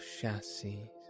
chassis